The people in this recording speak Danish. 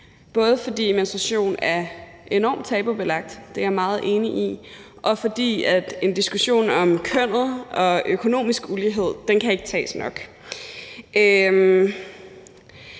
både fordi menstruation er enormt tabubelagt – det er jeg meget enig i – og fordi en diskussion om køn og økonomisk ulighed ikke kan tages ofte nok.